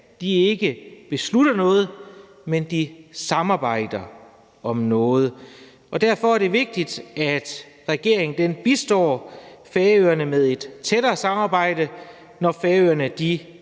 ikke beslutter noget, men samarbejder om noget. Derfor er det vigtigt, at regeringen bistår Færøerne med et tættere samarbejde, når Færøerne